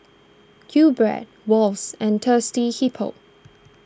Qbread Wall's and Thirsty Hippo